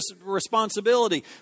responsibility